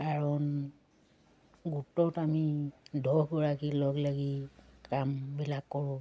কাৰণ গোটত আমি দহগৰাকী লগলাগি কামবিলাক কৰোঁ